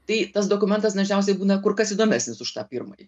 tai tas dokumentas dažniausiai būna kur kas įdomesnis už tą pirmąjį